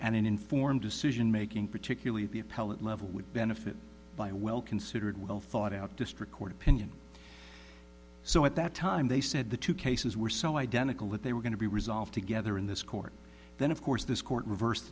and an informed decision making particularly the appellate level would benefit by a well considered well thought out district court opinion so at that time they said the two cases were so identical that they were going to be resolved together in this court then of course this court reverse